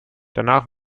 danach